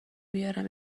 بیارم